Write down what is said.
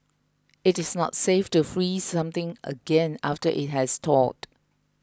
it is not safe to freeze something again after it has thawed